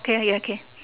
K okay